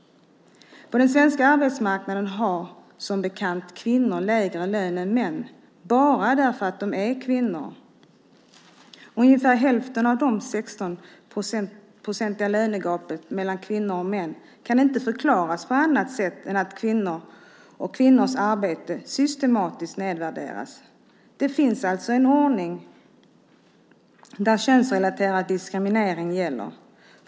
På den svenska arbetsmarknaden har som bekant kvinnor lägre lön än män bara därför att de är kvinnor. Ungefär hälften av det 16-procentiga lönegapet mellan kvinnor och män kan inte förklaras på annat sätt än att kvinnor och kvinnors arbete systematiskt nedvärderas. Det finns alltså en ordning där könsrelaterad diskriminering gäller.